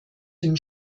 dem